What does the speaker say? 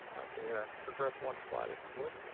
okay erin, progress one slide if you would.